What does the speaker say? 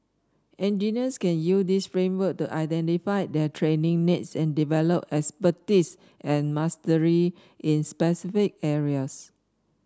engineers can use this framework to identify their training needs and develop expertise and mastery in specific areas